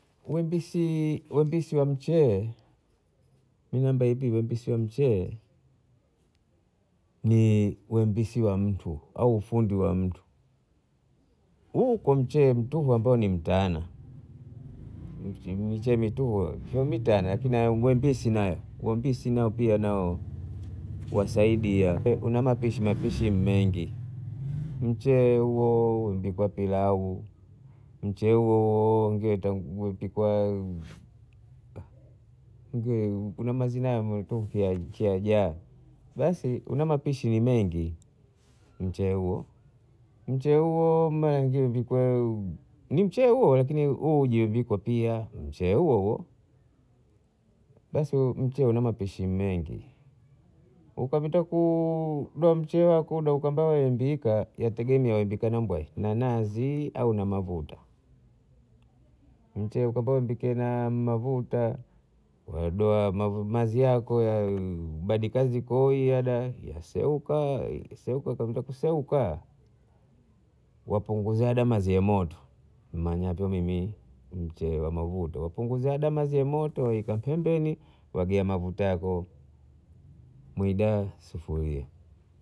Wembisi wembisi wa mchee minaomba hivi wembisi wa mchee ni wembisi wa mtu au ufundi wa mtu huko mchee mtupu ambao ni mtana, michee mitupu ni mitana lakini mwambie si nayo mwambie sinao pia nao wasaidia kuna mapishi mapishi mengi, mchee huo wapikwa pilau mchee huo wengi watangupika kuna mazina yatakuyaja basi kuna mapishi ni mengi. Mche huo mara wengine hupika ni mchee huo huo lakini huu haujaivikwa pia mchee huo huo, basi mchee una mapishi mengi ukavita ku kudo mche kuda ukaambiwa wa imbika yategemea waimbika na mbwai na nazi au na maguta, mche ukapikwa na maguta doa mazi yako badika jikoi yaseuka seuka kaunda kuseuka wapunguza mazi ya moto manya mimina mche wa maguta wapunguza mazi ya moto pembeni wagia maguta yako mwida sufuria